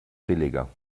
billiger